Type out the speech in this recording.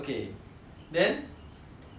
actually I have one question for you